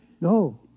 No